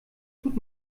tut